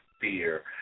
fear